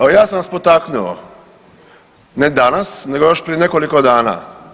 Evo ja sam vas potaknuo ne danas nego još prije nekoliko dana.